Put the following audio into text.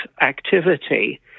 activity